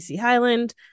Highland